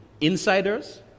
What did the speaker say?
Insiders